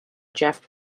jeff